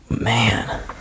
man